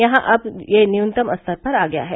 यहां अब यह न्यूनतम स्तर पर आ गया है